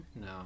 No